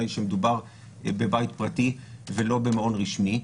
היא שמדובר בבית פרטי ולא במעון רשמי,